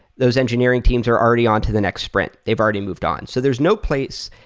those engineering teams are already on to the next sprint. they've already moved on. so there's no place,